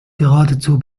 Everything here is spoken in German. geradezu